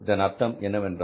இதன் அர்த்தம் என்னவென்றால்